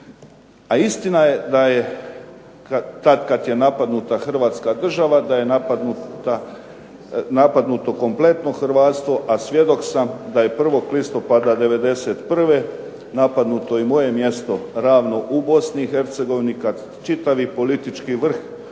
A istina je da kada je napadnuta Hrvatska država da je napadnuto kompletno hrvatstvo, a svjedok sam da je 1. listopada '91. napadnuto moje mjesto Ravno u Bosni i Hercegovini kada čitavi politički vrh